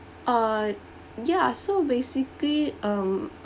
uh ya so basically um